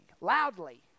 loudly